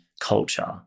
culture